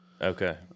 okay